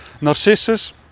Narcissus